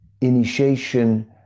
initiation